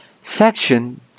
Section